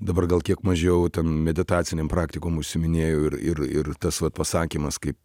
dabar gal kiek mažiau meditacinėm praktikom užsiiminėju ir ir ir tas va pasakymas kaip